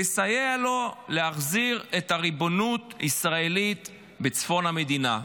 לסייע לו להחזיר את הריבונות הישראלית בצפון המדינה.